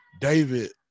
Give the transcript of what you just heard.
David